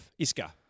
Iska